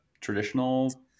traditional